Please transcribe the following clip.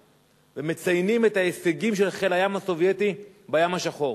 ומציינים את ההישגים של חיל הים הסובייטי בים השחור,